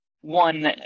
one